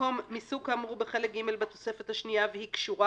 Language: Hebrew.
במקום "מסוג כאמור בחלק ג' בתוספת השניה והיא קשורה"